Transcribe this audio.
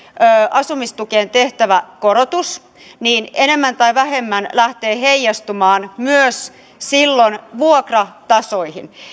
asumistukeen tehtävä korotus enemmän tai vähemmän lähtee heijastumaan silloin myös vuokratasoihin